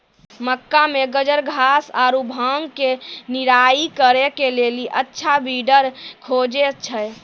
मक्का मे गाजरघास आरु भांग के निराई करे के लेली अच्छा वीडर खोजे छैय?